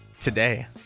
Today